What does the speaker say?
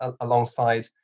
alongside